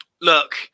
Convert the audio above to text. Look